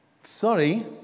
Sorry